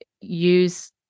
use